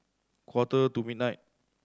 quarter to midnight